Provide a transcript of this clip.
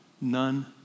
none